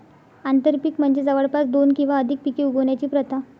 आंतरपीक म्हणजे जवळपास दोन किंवा अधिक पिके उगवण्याची प्रथा